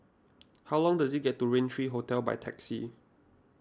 how long does it get to Rain three Hotel by taxi